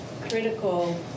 critical